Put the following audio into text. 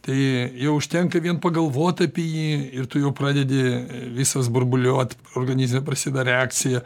tai jau užtenka vien pagalvot apie jį ir tu jau pradedi visas burbuliuot organizme prasideda reakcija